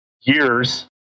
years